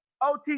OT